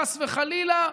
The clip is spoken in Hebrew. חס וחלילה,